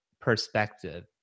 perspective